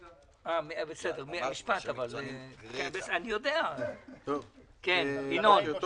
כן, ינון.